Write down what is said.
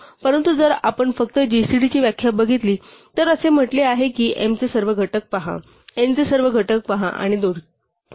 परंतु जर आपण फक्त gcd ची व्याख्या बघितली तर असे म्हटले आहे की m चे सर्व घटक पहा n चे सर्व घटक पहा आणि दोन्हीपैकी सर्वात मोठा घटक शोधा